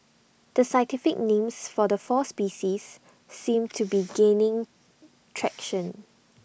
the scientific names for the four species seem to be gaining traction